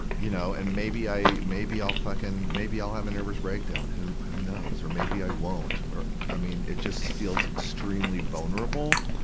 you know, and maybe i, maybe i'll fucking, maybe i'll have a nervous breakdown. who, who knows? or maybe i won't. i mean, it just feels extremely vulnerable.